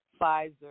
Pfizer